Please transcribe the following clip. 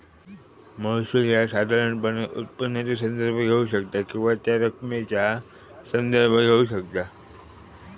महसूल ह्या साधारणपणान उत्पन्नाचो संदर्भ घेऊ शकता किंवा त्या रकमेचा संदर्भ घेऊ शकता